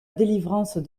délivrance